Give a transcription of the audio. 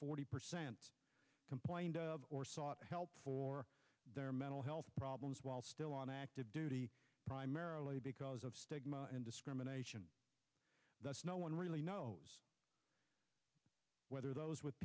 forty percent complained or sought help for their mental health problems while still on active duty primarily because of stigma and discrimination no one really knows whether those